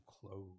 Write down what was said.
close